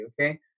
okay